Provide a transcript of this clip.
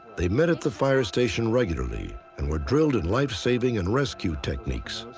they met at the fire station regularly and were drilled in lifesaving and rescue techniques.